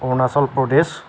Arunachal Pradesh